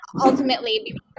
ultimately